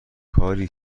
کاری